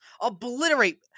Obliterate